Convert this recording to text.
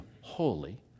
holy